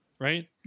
right